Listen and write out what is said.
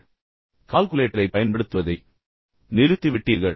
பின்னர் நீங்கள் ஒரு கால்குலேட்டரைப் பயன்படுத்துவதை நிறுத்திவிட்டீர்கள்